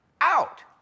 out